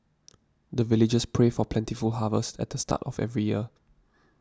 the villagers pray for plentiful harvest at the start of every year